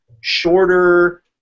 shorter